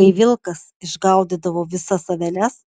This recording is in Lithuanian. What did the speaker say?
kai vilkas išgaudydavo visas aveles